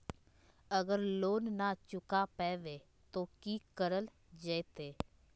अगर लोन न चुका पैबे तो की करल जयते?